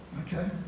Okay